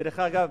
דרך אגב,